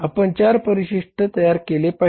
कोणतेही परिशिष्ट तयार केले आहेत